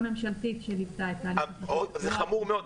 ממשלתית שליוותה את תהליך ה- -- זה חמור מאוד.